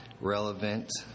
relevant